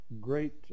great